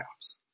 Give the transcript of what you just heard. playoffs